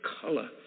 color